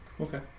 Okay